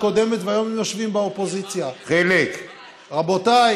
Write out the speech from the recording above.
והיום הם יושבים באופוזיציה: רבותיי,